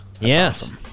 yes